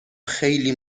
خیلی